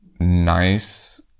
nice